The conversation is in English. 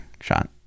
shot